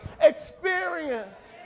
experience